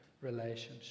relationship